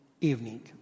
evening